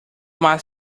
más